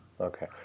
Okay